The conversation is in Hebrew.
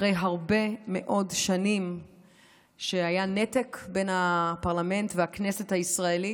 אחרי הרבה מאוד שנים שהיה נתק בין הפרלמנט לכנסת הישראלית.